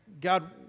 God